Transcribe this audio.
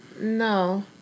no